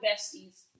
besties